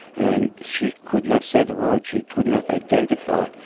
and, she could not say the word, she could not identify.